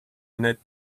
net